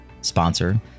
sponsor